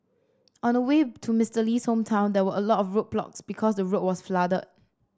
on the way to Mister Lee's hometown there were a lot of roadblocks because the road was flooded